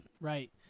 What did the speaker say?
right